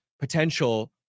potential